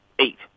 eight